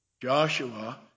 Joshua